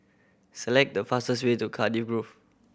select the fastest way to Cardiff Grove